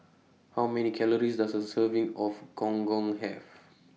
How Many Calories Does A Serving of Gong Gong Have